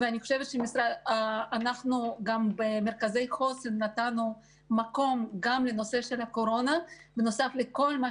אני חושבת שבמרכזי החוסן נתנו מקום גם לנושא הקורונה בנוסף לכל מה